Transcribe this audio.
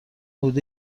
حدود